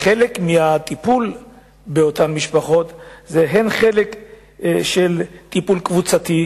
חלק מהטיפול באותן משפחות הוא טיפול קבוצתי,